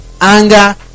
anger